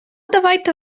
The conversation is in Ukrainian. давайте